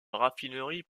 raffinerie